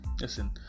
listen